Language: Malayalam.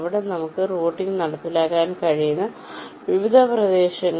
ഇവിടെ നമുക്ക് റൂട്ടിംഗ് നടപ്പിലാക്കാൻ കഴിയുന്ന വിവിധ പ്രദേശങ്ങൾ